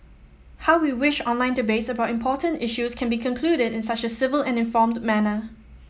how we wish online debates about important issues can be concluded in such a civil and informed manner